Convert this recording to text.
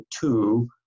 two